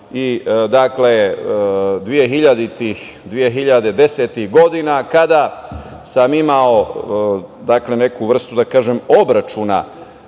imao i 2010. godina, kada sam imao neku vrstu obračuna